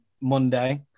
Monday